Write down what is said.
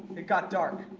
it got dark.